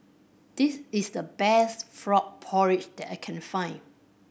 this is the best frog porridge that I can find